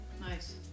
Nice